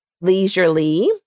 leisurely